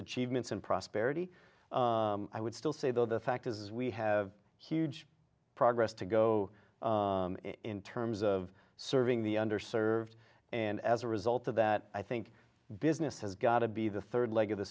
achievements and prosperity i would still say though the fact is we have huge progress to go in terms of serving the under served and as a result of that i think business has got to be the third leg of the